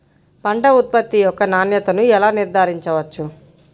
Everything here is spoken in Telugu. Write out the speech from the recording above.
పంట ఉత్పత్తి యొక్క నాణ్యతను ఎలా నిర్ధారించవచ్చు?